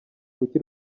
kuki